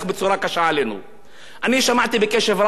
שמעתי בקשב רב את ידידי השר כחלון,